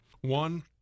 One